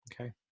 okay